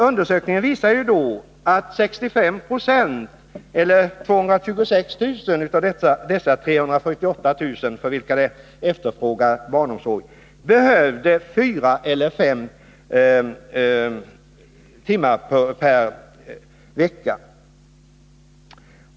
Undersökningen visar att 65 26 eller 226 000 av de 348 000 för vilka barnomsorg efterfrågades behövde fyra eller fem dagar per vecka.